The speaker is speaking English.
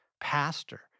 Pastor